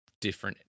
different